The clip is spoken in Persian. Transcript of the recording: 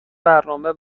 برنامه